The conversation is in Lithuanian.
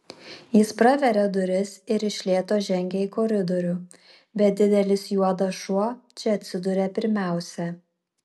jis praveria duris ir iš lėto žengia į koridorių bet didelis juodas šuo čia atsiduria pirmiausia